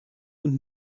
und